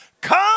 Come